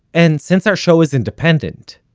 and since our show is independent,